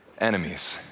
enemies